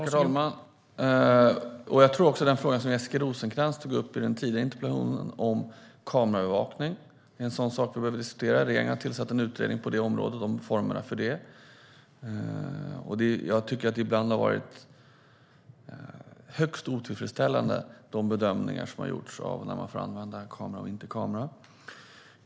Herr talman! Jag tror att också den fråga som Jessica Rosencrantz tog upp i den tidigare interpellationen, kameraövervakning, är något vi behöver diskutera. Regeringen har tillsatt en utredning om formerna för den. Jag tycker att de bedömningar som har gjorts när det gäller om man får använda kameraövervakning eller inte ibland har varit högst otillfredsställande.